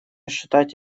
считать